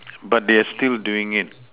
but they are still doing it